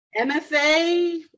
MFA